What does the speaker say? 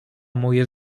moje